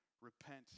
Repent